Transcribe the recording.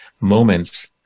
moments